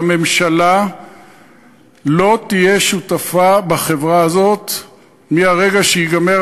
והממשלה לא תהיה שותפה בחברה הזאת מהרגע שייגמרו